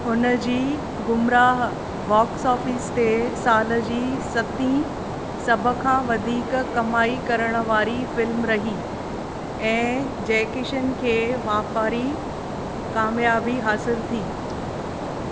हुन जी Gumraah box office ते साल जी सतीं सभु खां वधीक कमाई करणु वारी फ़िल्मु रही ऐं जय किशन खे वापारी क़ामियाबी हासिलु थी